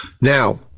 Now